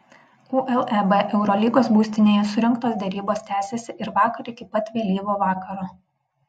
uleb eurolygos būstinėje surengtos derybos tęsėsi ir vakar iki pat vėlyvo vakaro